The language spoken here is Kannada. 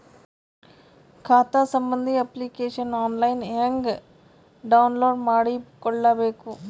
ಖಾತಾ ಸಂಬಂಧಿ ಅಪ್ಲಿಕೇಶನ್ ಆನ್ಲೈನ್ ಹೆಂಗ್ ಡೌನ್ಲೋಡ್ ಮಾಡಿಕೊಳ್ಳಬೇಕು?